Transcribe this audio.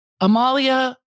Amalia